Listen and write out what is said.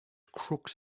crooks